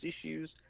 issues –